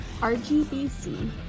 rgbc